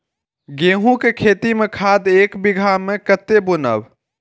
गेंहू के खेती में खाद ऐक बीघा में कते बुनब?